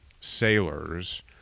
sailors